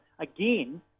again